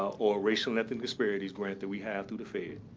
or racial and ethnic disparities grant that we have through the fed.